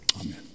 Amen